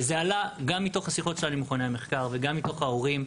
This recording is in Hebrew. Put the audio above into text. וזה עלה גם מתוך השיחות שלנו עם מכוני המחקר וגם מתוך ההורים,